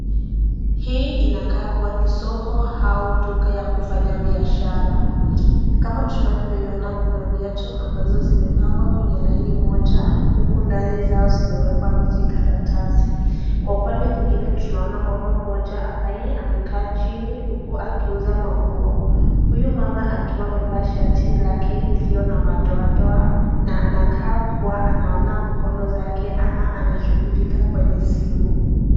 Hii inakaa kuwa ni soko au duka ya kufanya biashara. Kama tunavyo iona kuna viatu ambazo zimepangwa kwenye laini moja huku ndani zao zimewekwa vijikaratasi. Kwa upande nyingine tunaona mama mmoja ambaye amekaa chini huku akiuza nguo. Huyu mama akiwa amevaa shati lake iliyo na madoadoa na anakaa kuwa anaona mikono zake ama anashughulika kwenye simu.